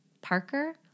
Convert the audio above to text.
Parker